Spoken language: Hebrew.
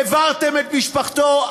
העברתם את משפחתו?